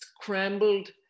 scrambled